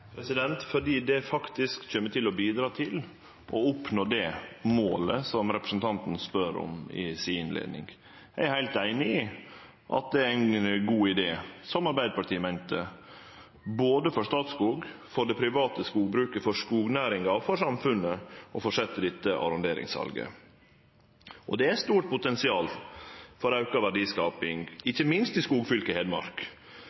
er fordi det faktisk kjem til å bidra til å oppnå det målet som representanten spør om i innleiinga si. Eg er heilt einig i at det er ein god idé – som òg Arbeidarpartiet meinte – både for Statskog, for det private skogbruket, for skognæringa og for samfunnet å fortsetje dette arronderingssalet. Det er eit stort potensial for auka verdiskaping,